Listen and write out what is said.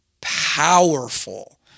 powerful